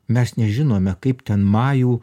mes nežinome kaip ten majų